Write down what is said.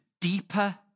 deeper